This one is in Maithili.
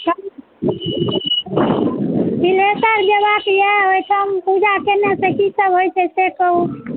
तिल्हेश्वर जयबाक यऽ ओहिठाम पूजा कयने सॅं की सब होइ छै